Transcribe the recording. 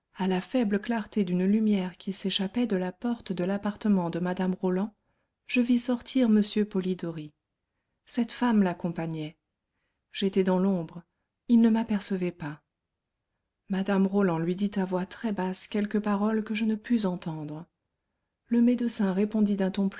à la faible clarté d'une lumière qui s'échappait de la porte de l'appartement de mme roland je vis sortir m polidori cette femme l'accompagnait j'étais dans l'ombre ils ne m'apercevaient pas mme roland lui dit à voix très basse quelques paroles que je ne pus entendre le médecin répondit